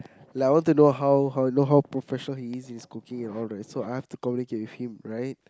like I want to know how how you know how professional he is in his cooking and all that so I have to communicate with him right